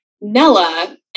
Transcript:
Nella